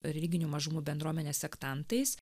religinių mažumų bendruomenę sektantais